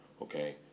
okay